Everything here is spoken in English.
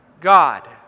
God